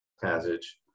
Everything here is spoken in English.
passage